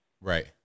Right